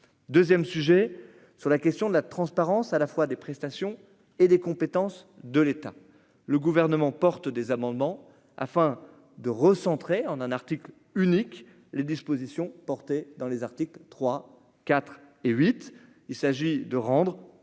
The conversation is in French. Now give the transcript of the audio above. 2ème sujet sur la question de la transparence à la fois des prestations et des compétences de l'État, le gouvernement porte des amendements afin de recentrer en un article unique, les dispositions porté dans les articles 3 4 et 8, il s'agit de rendre,